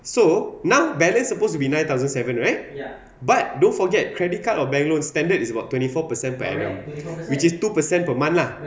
so now balance supposed to be nine thousand seven right but don't forget credit card or bank loan standard is about twenty four per cent parallel which is two per cent per month lah okay